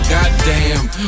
Goddamn